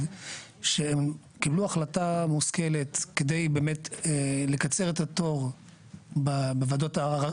שהם קיבלו החלטה מושכלת כדי באמת לקצר את התור בוועדות הערר.